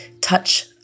Touch